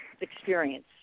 experience